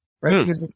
right